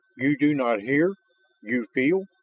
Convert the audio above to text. you do not hear you feel!